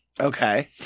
Okay